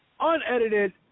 unedited